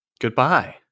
Goodbye